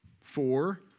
Four